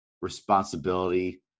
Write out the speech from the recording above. responsibility